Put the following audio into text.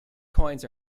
coins